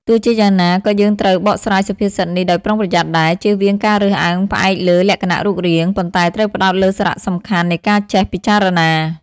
ទោះជាយ៉ាងណា យើងក៏ត្រូវបកស្រាយសុភាសិតនេះដោយប្រុងប្រយ័ត្នដែរ ជៀសវាងការរើសអើងផ្អែកលើលក្ខណៈរូបរាង ប៉ុន្តែត្រូវផ្តោតលើសារសំខាន់នៃការចេះពិចារណា។